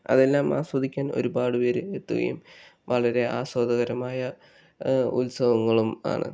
അതെല്ലാം ആസ്വദിക്കാൻ ഒരുപാട് പേര് എത്തുകയും വളരെ ആസ്വാദകരമായ ഉത്സവങ്ങളും ആണ്